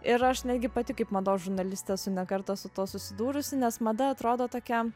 ir aš netgi pati kaip mados žurnalistė esu ne kartą su tuo susidūrusi nes mada atrodo tokia